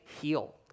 heal